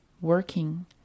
working